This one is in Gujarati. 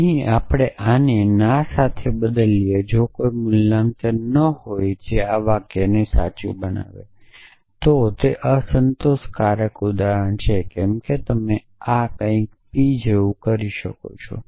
અહીં આપણે આને ના સાથે બદલીએ જો કોઈ મૂલ્યાંકન ન હોય જે આ વાક્યને સાચું બનાવે છે તો તે અસંતોષકારક ઉદાહરણ છે કેમ કે તમે આ કંઈક p જેવું કરી શકો છો